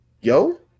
Yo